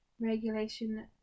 regulation